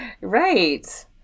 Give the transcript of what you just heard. Right